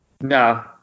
No